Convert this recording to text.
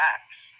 Acts